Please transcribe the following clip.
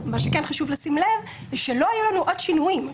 חשוב לשים לב לכך שלא יהיו לנו עוד שינויים.